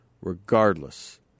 regardless